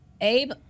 Abe